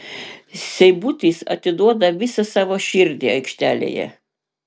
seibutis atiduoda visą savo širdį aikštelėje